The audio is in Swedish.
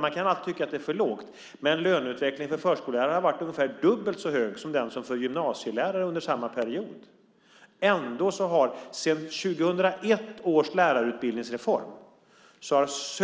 Men sanningen är att takten i löneutvecklingen för förskollärarna har varit ungefär dubbelt så hög som för gymnasielärarna under samma period. Ändå har